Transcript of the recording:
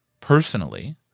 personally